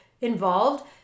involved